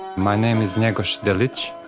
my name is ngegos delic,